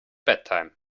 bedtime